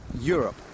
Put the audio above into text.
Europe